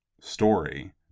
story